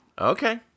Okay